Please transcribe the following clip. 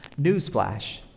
Newsflash